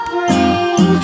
Bring